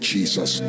Jesus